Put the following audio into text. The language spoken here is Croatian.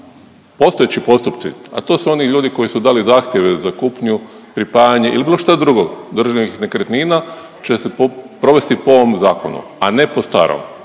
postojeći postupci, a to su oni ljudi koji su dali zahtjeve za kupnju, pripajanje ili bilo šta drugo državnih nekretnina će se provesti po ovom zakonu, a ne po starom.